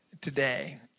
today